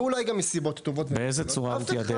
ואולי גם מסיבות טובות --- באיזו צורה הוא תיעדף?